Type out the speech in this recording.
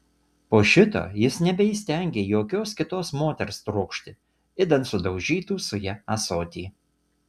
po šito jis nebeįstengė jokios kitos moters trokšti idant sudaužytų su ja ąsotį